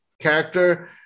character